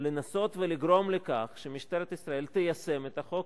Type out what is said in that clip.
לנסות ולגרום לכך שמשטרת ישראל תיישם את החוק